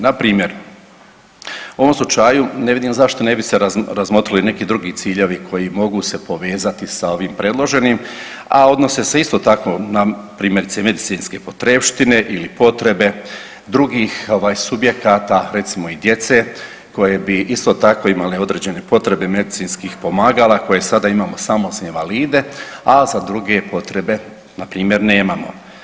Na primjer, u ovom slučaju ne vidim zašto ne bi se razmotrili i neki drugi ciljevi koji mogu se povezati sa ovim predloženim, a odnose se isto tako na primjerice medicinske potrepštine ili potrebe drugih ovaj subjekata recimo i djece koje bi isto tako imali određene potrebe medicinskih pomagala koje sada imamo samo za invalide, a za druge potrebe npr. nemamo.